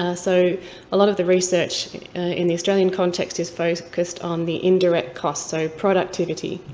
ah so a lot of the research in the australian context is focused on the indirect costs, so productivity.